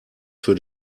für